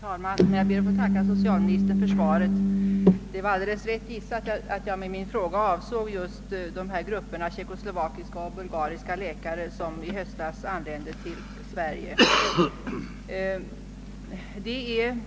Herr talman! Jag ber att få tacka socialministern för svaret. Det är alldeles rätt gissat att jag med min fråga avsåg just de grupper av tjeckoslovakiska och bulgariska läkare som i höstas anlände till Sverige.